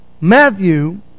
Matthew